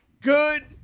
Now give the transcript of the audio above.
good